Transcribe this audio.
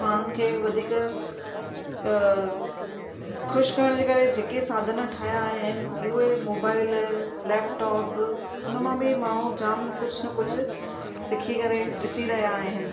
माण्हूं खे वधीक ख़ुशि करण जे करे जेके साधन ठहिया आहिनि उहे मोबाइल लैपपटोप हुन में बि माण्हू जामु कुझु न कुझु सिखी करे ॾिसी रहिया आहिनि